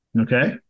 Okay